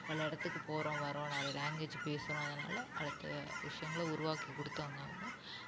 பல இடத்துக்கு போகறோம் வரோம் நிறைய லாங்குவேஜ் பேசுகிறோம் அதனால் அடுத்த விஷயங்களை உருவாக்கி கொடுத்தவங்க அவங்க